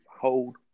hold